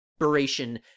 inspiration